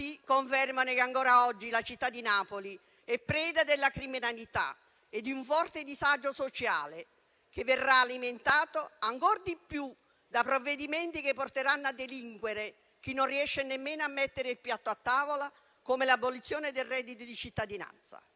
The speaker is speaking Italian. confermano che ancora oggi la città di Napoli è preda della criminalità e di un forte disagio sociale che verrà alimentato ancor di più da provvedimenti che porteranno a delinquere chi non riesce nemmeno a mettere il piatto a tavola, come l'abolizione del reddito di cittadinanza.